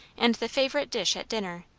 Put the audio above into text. and the favourite dish at dinner,